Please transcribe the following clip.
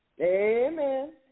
Amen